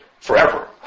forever